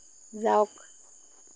যাওক